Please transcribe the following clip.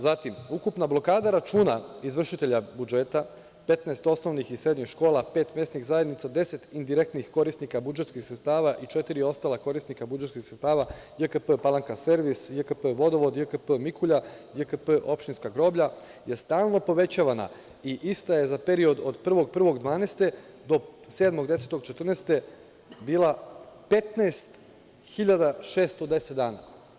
Zatim, ukupna blokada računa izvršitelja budžeta 15 osnovnih i srednjih škola, pet mesnih zajednica, 10 indirektnih korisnika budžetskih sredstava i četiri ostala korisnika budžetskih sredstva JKP „Palanka servis“, JKP „Vodovod“, JKP „Mikulja“, JKP „Opštinska groblja“, je stalno povećavana i ista je za period od 01. januara 2012. godine do 07. oktobra 2014. godine bila 15.610 dana.